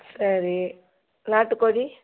சரி நாட்டுக் கோழி